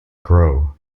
grow